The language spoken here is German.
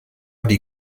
die